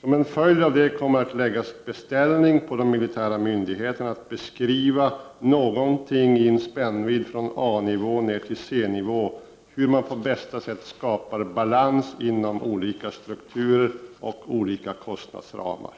Som en följd av det kommer att läggas beställning på de militära myndigheterna att beskriva någonting i en spännvidd från A-nivå ner till C-nivå, hur man på bästa sätt skapar balans inom olika strukturer och olika kostnadsramar.